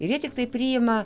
ir jie tiktai priima